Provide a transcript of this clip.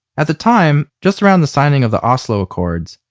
at the time, just around the signing of the oslo accords,